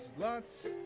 lots